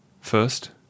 first